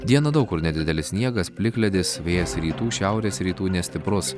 dieną daug kur nedidelis sniegas plikledis vėjas rytų šiaurės rytų nestiprus